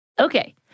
Okay